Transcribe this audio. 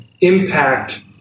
impact